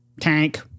Tank